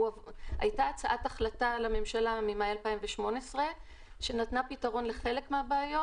היתה הצעת החלטה לממשלה ממאי 2018 שנתנה פתרון לחלק מהבעיות,